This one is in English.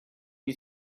you